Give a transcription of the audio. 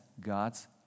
God's